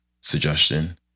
suggestion